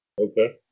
Okay